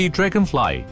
Dragonfly